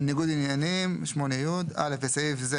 ניגוד עניינים 8י. בסעיף זה